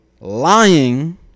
lying